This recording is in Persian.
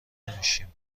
نمیشیم